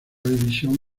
división